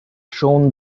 shown